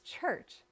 church